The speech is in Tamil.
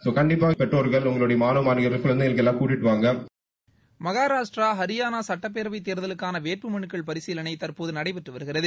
சோ கண்டிப்பா பெற்றோர்கள் உங்களுடைய மாணவிகள் குழந்தைகள் எல்லாத்தையும் கூட்டிட்டு வாங்க மகாரஷ்டரா ஹரியானா சட்டப்பேரவைத் தேர்தலுக்கான வேட்புமனுக்கள் பரிசீலனை தற்போது நடைபெற்று வருகிறது